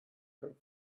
her